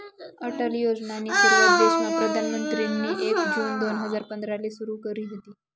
अटल योजनानी सुरुवात देशमा प्रधानमंत्रीनी एक जून दोन हजार पंधराले सुरु करी व्हती